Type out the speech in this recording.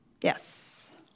Yes